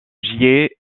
gier